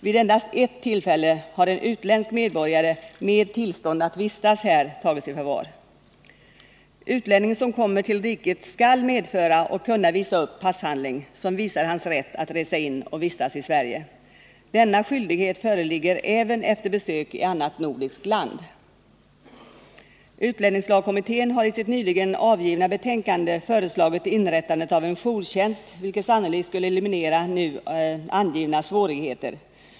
Vid endast ett tillfälle har en utländsk medborgare med tillstånd att vistas här tagits i förvar. Utlänning som kommer till riket skall medföra och kunna visa upp passhandling som visar hans rätt att resa in och vistas i Sverige. Denna skyldighet föreligger även efter besök i annat nordiskt land. Utlänningslagkommittén har i sitt nyligen avgivna betänkande föreslagit inrättandet av en jourtjänst, vilket sannolikt skulle eliminera nu angivna svårigheter.